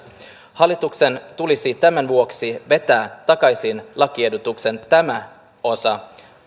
hallituksen tulisi tämän vuoksi vetää takaisin lakiehdotuksen tämä osa